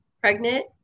pregnant